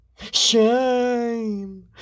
Shame